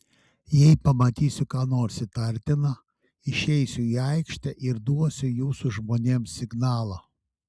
jei pamatysiu ką nors įtartina išeisiu į aikštę ir duosiu jūsų žmonėms signalą